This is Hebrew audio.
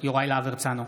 יוראי להב הרצנו,